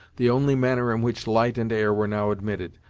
the only manner in which light and air were now admitted,